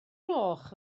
gloch